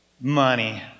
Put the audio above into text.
Money